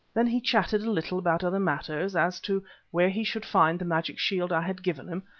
then he chatted a little about other matters, as to where he should find the magic shield i had given him,